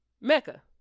Mecca